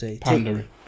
Pandering